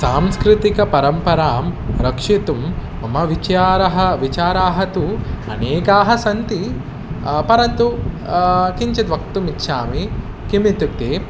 सांस्कृतिकपरम्परां रक्षितुं मम विचाराः विचाराः तु अनेकाः सन्ति परन्तु किञ्चित् वक्तुं इच्छामि किमित्युक्ते